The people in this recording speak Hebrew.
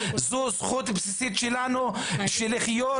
זו זכות בסיסית שלנו לחיות,